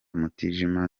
mutijima